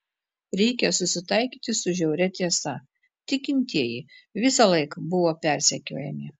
reikia susitaikyti su žiauria tiesa tikintieji visąlaik buvo persekiojami